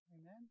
Amen